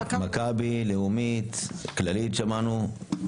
מכבי, לאומית, כללית שמענו.